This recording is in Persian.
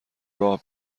راه